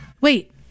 Wait